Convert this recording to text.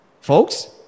folks